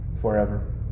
forever